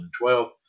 2012